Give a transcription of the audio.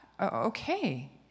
okay